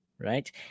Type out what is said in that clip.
right